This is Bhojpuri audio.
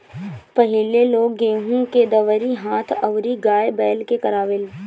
पहिले लोग गेंहू के दवरी हाथ अउरी गाय बैल से करवावे